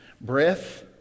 Breath